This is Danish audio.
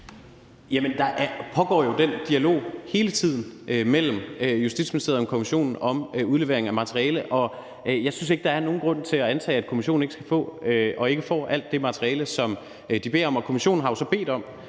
der pågår jo den dialog hele tiden mellem Justitsministeriet og kommissionen om udlevering af materiale. Og jeg synes ikke, der er nogen grund til at antage, at kommissionen ikke skulle få og ikke får alt det materiale, som de beder om.